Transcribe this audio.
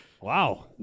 Wow